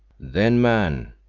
then, man,